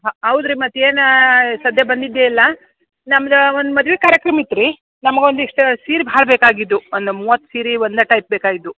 ಹ ಹೌದು ರೀ ಮತ್ತು ಏನು ಸದ್ಯ ಬಂದಿದ್ದೆ ಇಲ್ಲ ನಮ್ದು ಒಂದು ಮದ್ವೆ ಕಾರ್ಯಕ್ರಮ ಇಟ್ಟು ರೀ ನಮಗೊಂದಿಷ್ಟು ಸೀರೆ ಭಾಳ ಬೇಕಾಗಿದ್ದು ಒಂದು ಮೂವತ್ತು ಸೀರೆ ಒಂದೇ ಟೈಪ್ ಬೇಕಾಗಿದ್ದು